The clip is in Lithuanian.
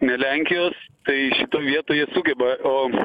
ne lenkijos tai šitoj vietoj jie sugeba o